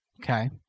Okay